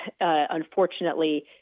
unfortunately